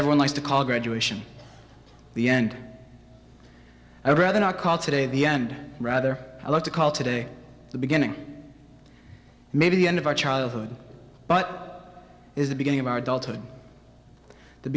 everyone likes to call graduation the end i would rather not call today the end rather i like to call today the beginning maybe the end of our childhood but is the beginning of our adulthood the